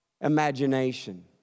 imagination